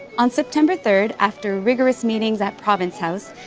on september third, after rigorous meetings at province house,